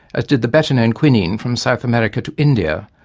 as did the better known quinine from south america to india,